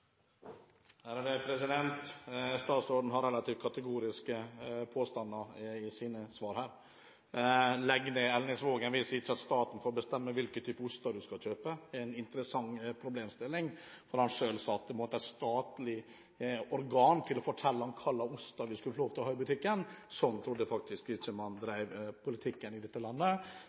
Statsråden har relativt kategoriske påstander i sine svar her. Å legge ned meieriet i Elnesvågen hvis ikke staten får bestemme hvilke typer oster man skal kjøpe, er en interessant problemstilling. Han sa selv at det måtte et statlig organ til for å fortelle ham hvilke oster man skulle få lov til å ha i butikken. Sånn trodde jeg faktisk ikke at man drev politikk i dette landet,